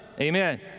Amen